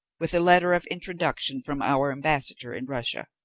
with a letter of introduction from our ambassador in russia.